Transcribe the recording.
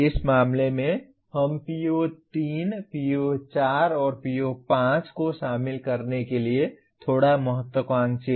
इस मामले में हम PO3 PO4 और PO5 को शामिल करने के लिए थोड़ा महत्वाकांक्षी हैं